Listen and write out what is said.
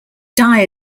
dye